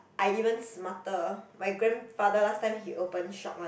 I even smarter my grandfather last time he open shop one